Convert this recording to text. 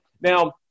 Now